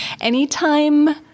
anytime